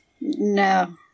no